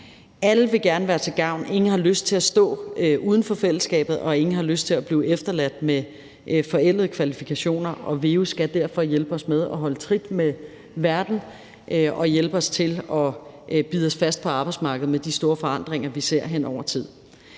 Alle vil gerne være til gavn, ingen har lyst til at stå uden for fællesskabet, og ingen har lyst til at blive efterladt med forældede kvalifikationer. Veu skal derfor hjælpe os med at holde trit med verden og hjælpe os til at bide os fast på arbejdsmarkedet med de store forandringer, vi ser hen over tid.